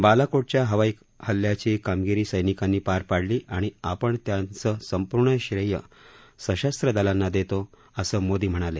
बालाकोटच्या हवाई हल्ल्याची कामगिरी सैनिकांनी पार पाडली आणि आपण त्याचं संपूर्ण श्रेय सशस्र दलांना देतो असं मोदी म्हणाले